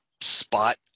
spot